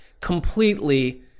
completely